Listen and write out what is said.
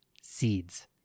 seeds